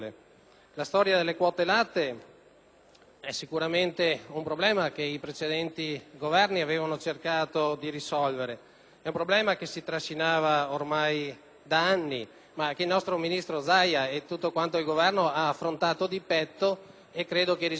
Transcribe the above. è sicuramente un problema che i precedenti Governi avevano cercato di risolvere. È un problema che si trascinava ormai da anni, ma che il nostro ministro Zaia e tutto il Governo hanno affrontato di petto e penso che i risultati ottenuti, come dicevo prima, si commentino